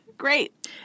Great